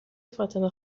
فاطمه